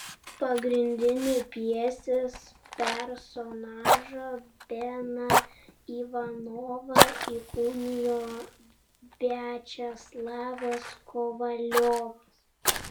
pagrindinį pjesės personažą beną ivanovą įkūnijo viačeslavas kovaliovas